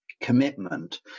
commitment